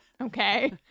okay